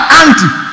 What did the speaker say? auntie